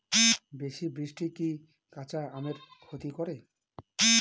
বেশি বৃষ্টি কি কাঁচা আমের ক্ষতি করে?